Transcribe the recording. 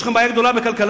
יש לכם בעיה גדולה בכלכלה.